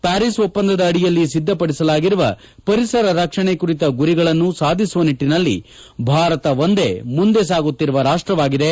Paris ಒಪ್ಪಂದದ ಅಡಿಯಲ್ಲಿ ಸಿಧ್ಧಪಡಿಸಲಾಗಿರುವ ಪರಿಸರ ರಕ್ಷಣೆ ಕುರಿತ ಗುರಿಗಳನ್ನು ಸಾಧಿಸುವ ನಿಟ್ಟನಲ್ಲಿ ಭಾರತ ಒಂದೇ ಮುಂದೆ ಸಾಗುತ್ತಿರುವ ರಾಷ್ಟವಾಗಿದೆ